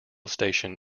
station